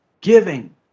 giving